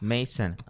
Mason